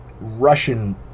Russian